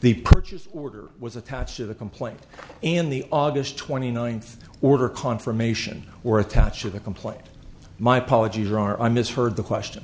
the purchase order was attached to the complaint in the aug twenty ninth order confirmation or attached to the complaint my apologies are i misheard the question